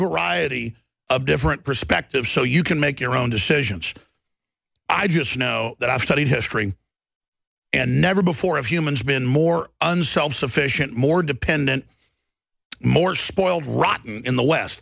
variety of different perspective so you can make your own decisions i just know that i've studied history and never before of humans been more unself sufficient more dependent more spoiled rotten in the west